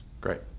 Great